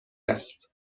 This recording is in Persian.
است